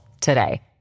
today